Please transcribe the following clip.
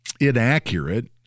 inaccurate